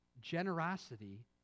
generosity